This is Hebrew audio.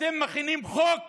אתם מכינים חוק